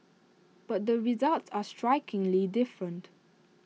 but the results are strikingly different